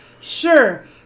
sure